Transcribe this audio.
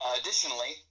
additionally